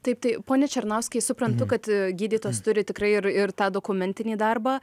taip tai pone černauskai suprantu kad gydytojas turi tikrai ir ir tą dokumentinį darbą